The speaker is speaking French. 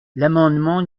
l’amendement